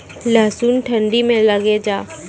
लहसुन ठंडी मे लगे जा?